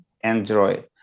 Android